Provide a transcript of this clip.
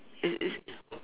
is is